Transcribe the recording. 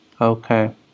Okay